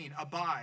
abide